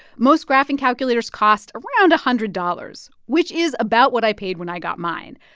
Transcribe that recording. most graphing calculators cost around a hundred dollars, which is about what i paid when i got mine.